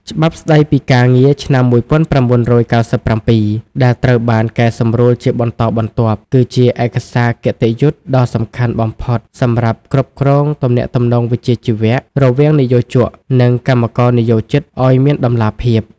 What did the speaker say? ច្បាប់ស្តីពីការងារឆ្នាំ ១៩៩៧ ដែលត្រូវបានកែសម្រួលជាបន្តបន្ទាប់ គឺជាឯកសារគតិយុត្តិដ៏សំខាន់បំផុតសម្រាប់គ្រប់គ្រងទំនាក់ទំនងវិជ្ជាជីវៈរវាងនិយោជក និងកម្មករនិយោជិតឱ្យមានតម្លាភាព។